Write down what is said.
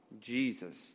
Jesus